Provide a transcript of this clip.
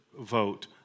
vote